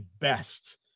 best